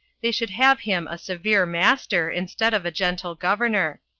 they should have him a severe master instead of a gentle governor,